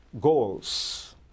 goals